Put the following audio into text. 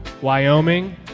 Wyoming